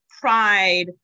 pride